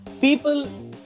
People